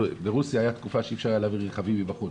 ברוסיה היתה תקופה שאי אפשר היה להביא רכבים מבחוץ,